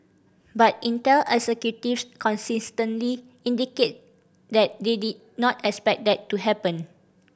but Intel executives consistently indicated that they did not expect that to happen